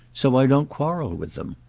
so i don't quarrel with them.